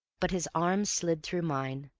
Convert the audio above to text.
but his arm slid through mine,